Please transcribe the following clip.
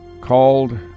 called